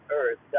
earth